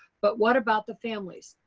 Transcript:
but what about the families?